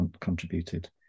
contributed